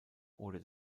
oder